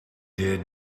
did